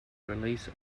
release